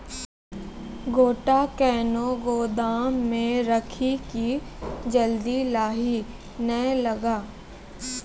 गोटा कैनो गोदाम मे रखी की जल्दी लाही नए लगा?